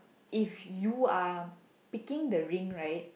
if you are picking the ring right